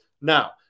Now